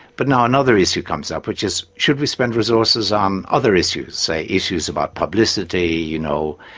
but now another issue comes up which is, should we spend resources on other issues say, issues about publicity, you know,